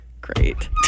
Great